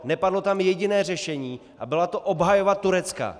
Nepadlo tam jediné řešení a byla to obhajoba Turecka.